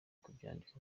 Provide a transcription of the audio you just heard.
kubyandika